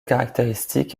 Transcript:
caractéristique